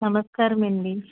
నమస్కారమండి